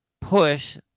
push